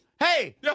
hey